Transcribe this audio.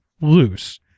loose